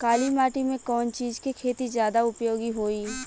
काली माटी में कवन चीज़ के खेती ज्यादा उपयोगी होयी?